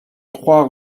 trois